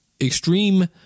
extreme